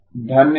धन्यवाद